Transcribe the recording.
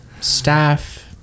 staff